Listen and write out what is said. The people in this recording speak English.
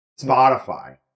Spotify